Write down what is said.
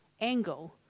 angle